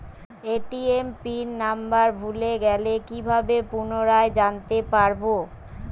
ATM pin number ভুলে গেলে কি ভাবে পুনরায় জানতে পারবো?